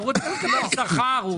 הוא רוצה לקבל שכר.